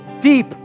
deep